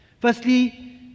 Firstly